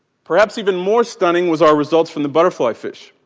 perhaps even more stunning was our results from the butterfly fish.